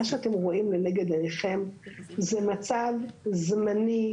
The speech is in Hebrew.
מה שאתם רואים לנגד עיניכם זה מצב זמני,